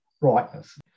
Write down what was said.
brightness